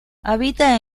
habita